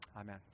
Amen